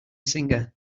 singer